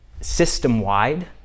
system-wide